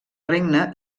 regne